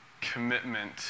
commitment